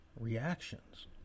reactions